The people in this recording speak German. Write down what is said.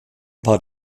war